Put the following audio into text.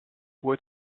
wet